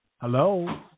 Hello